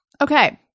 Okay